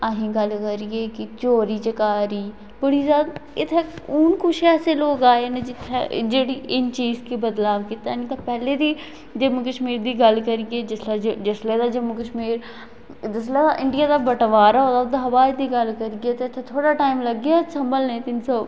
अही गल्ल करिये कि चोरी चकारी बड़ी जादा इत्थें हून कुछ ऐसे लोक आए न जित्थें जेह्ड़ी इस चीज च बदलाव कीता नेई ते पैह्लै बी जम्मू कश्मीर दी गल्ल करिये जिसलै जम्मू कश्मीर जिसलै इंडिया दा बटवारा होआ ते ओह्दे शा बाद दी गल्ल करिये ते थोह्ड़ा टैम लगेआ सम्भलने गी तिन्न सौ